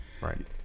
Right